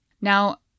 Now